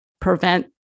prevent